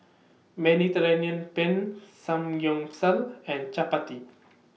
Mediterranean Penne Samgyeopsal and Chapati